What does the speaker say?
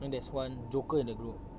and there's one joker in a group